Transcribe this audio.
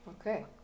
Okay